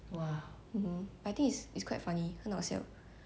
it's it's not like those regular like american sitcoms